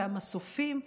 המסופים,